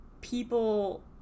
people